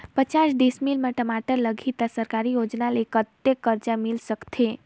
पचास डिसमिल मा टमाटर लगही त सरकारी योजना ले कतेक कर्जा मिल सकथे?